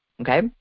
Okay